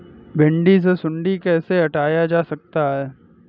भिंडी से सुंडी कैसे हटाया जा सकता है?